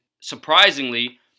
surprisingly